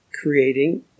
creating